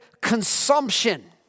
consumption